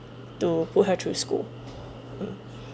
to put her to school um